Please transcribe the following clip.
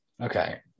Okay